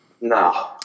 No